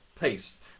peace